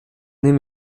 nehme